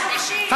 הוא אמר,